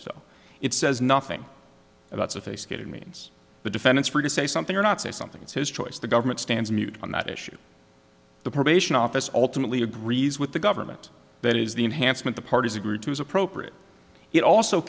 so it says nothing about sophisticated means the defendants free to say something or not say something it's his choice the government stands mute on that issue the probation office alternately agrees with the government that is the enhancement the parties agreed to as appropriate it also